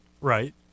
Right